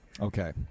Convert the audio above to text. Okay